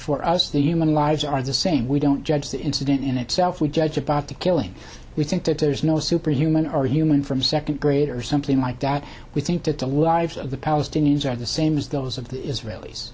for the human lives are the same we don't judge that incident in itself we judge about the killing we think that there's no superhuman or human from second grade or something like that we think that the lives of the palestinians are the same as those of the israelis